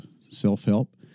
self-help